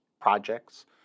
projects